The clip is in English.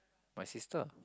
my sister